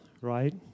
right